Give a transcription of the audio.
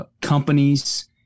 companies